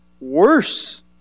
worse